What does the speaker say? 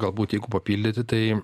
galbūt jeigu papildyti tai